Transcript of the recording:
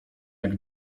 jak